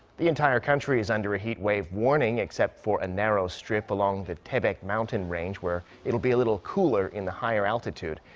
the entire country is under a heatwave warning except for a narrow strip along the taebaek mountain range where it'll be a little cooler in the higher altitude.